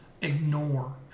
ignore